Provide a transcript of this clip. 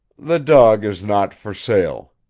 the dog is not for sale,